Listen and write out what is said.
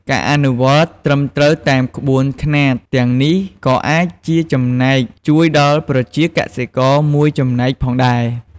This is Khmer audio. ការអនុវត្តត្រឹមត្រូវតាមក្បួនខ្នាតទាំងនេះក៏អាចជាចំណែកជួយដល់ប្រជាកសិករមួយចំណែកផងដែរ។